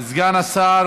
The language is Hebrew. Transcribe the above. סגן שר